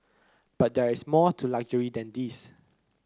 but there is more to luxury than these